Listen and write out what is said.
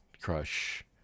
crush